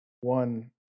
one